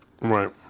Right